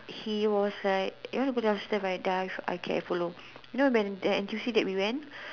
he was like you want to go downstairs and dive I can follow you know the N U T C that we went